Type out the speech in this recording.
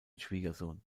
schwiegersohn